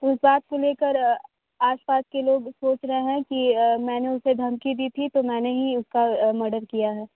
उस बात को लेकर आसपास के लोग सोच रहे हैं कि मैंने उसे धमकी दी थी तो मैंने ही उसका मर्डर किया हैं